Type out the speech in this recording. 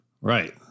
right